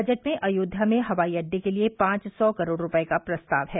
budget में अयोध्या में हवाई अड्डे के लिये पांच सौ करोड़ रूपये का प्रस्ताव है